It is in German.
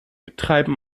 treiben